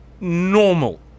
normal